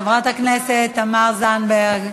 חברת הכנסת תמר זנדברג.